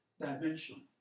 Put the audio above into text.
dimension